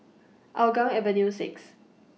Hougang Avenue six